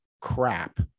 crap